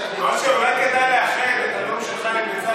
אשר, אולי כדאי לאחד את הנאום שלך עם בצלאל,